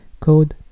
Code